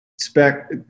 spec